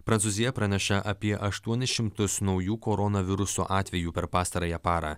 prancūzija praneša apie aštuonis šimtus naujų koronaviruso atvejų per pastarąją parą